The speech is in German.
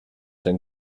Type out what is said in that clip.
den